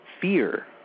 fear